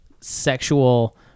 sexual